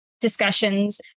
discussions